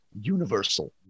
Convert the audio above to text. universal